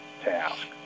task